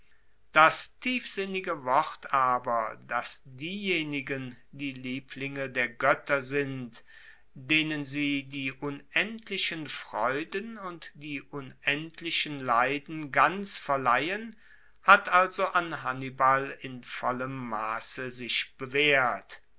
das tiefsinnige wort aber dass diejenigen die lieblinge der goetter sind denen sie die unendlichen freuden und die unendlichen leiden ganz verleihen hat also an hannibal in vollem masse sich bewaehrt